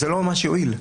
וזה לא ממש יועיל.